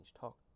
Talk